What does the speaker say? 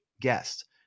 guest